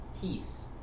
peace